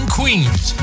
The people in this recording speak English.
queens